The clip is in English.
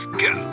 go